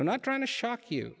and i'm trying to shock you